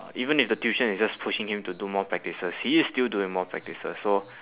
even if the tuition is just pushing him to do more practices he is still doing more practices so